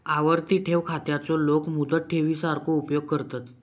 आवर्ती ठेव खात्याचो लोक मुदत ठेवी सारखो उपयोग करतत